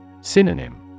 Synonym